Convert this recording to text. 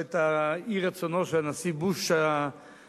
או את אי-רצונו של הנשיא בוש האב